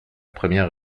première